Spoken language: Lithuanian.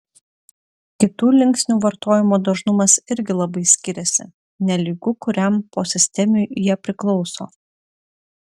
kitų linksnių vartojimo dažnumas irgi labai skiriasi nelygu kuriam posistemiui jie priklauso